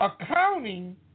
accounting